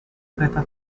kereta